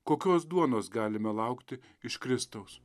kokios duonos galime laukti iš kristaus